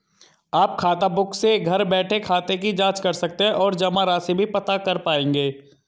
आप खाताबुक से घर बैठे खाते की जांच कर सकते हैं और जमा राशि भी पता कर पाएंगे